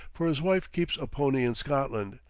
for his wife keeps a pony in scotland,